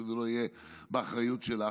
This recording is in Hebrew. שזה לא יהיה באחריות שלך,